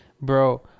bro